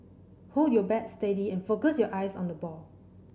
hold your bat steady and focus your eyes on the ball